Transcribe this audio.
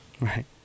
Right